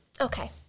okay